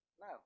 No